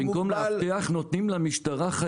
במקום לאבטח נותנים למשטרה חיילים.